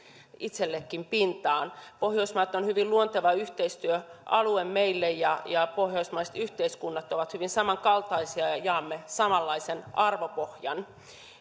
itsellekin pintaan pohjoismaat ovat hyvin luonteva yhteistyöalue meille ja ja pohjoismaiset yhteiskunnat ovat hyvin samankaltaisia ja jaamme samanlaisen arvopohjan